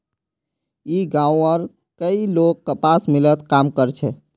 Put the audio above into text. ई गांवउर कई लोग कपास मिलत काम कर छे